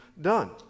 done